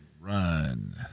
Run